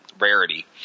rarity